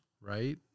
right